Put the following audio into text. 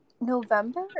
November